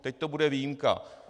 teď to bude výjimka.